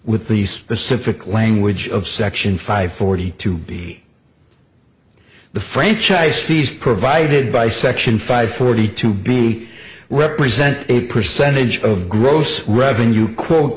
with the specific language of section five forty two b the franchise fees provided by section five forty two b represent a percentage of gross revenue quote